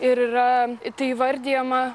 ir yra tai įvardijama